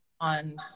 on